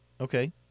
Okay